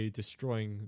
destroying